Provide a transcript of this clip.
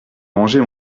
mangez